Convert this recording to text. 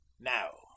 Now